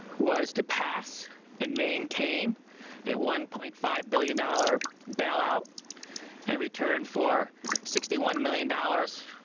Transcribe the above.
was to pass and maintain a one point five billion dollars bailout and return for sixty one million dollars.